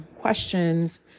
questions